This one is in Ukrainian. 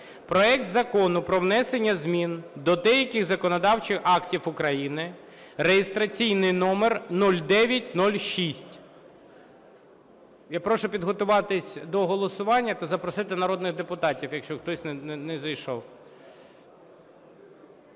проект Закону про внесення змін до деяких законодавчих актів України (реєстраційний номер 0906). Я прошу підготуватись до голосування та запросити народних депутатів, якщо хтось не зайшов.